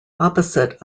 opposite